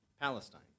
Palestine